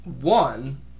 one